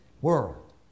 world